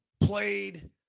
played